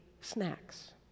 snacks